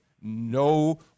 no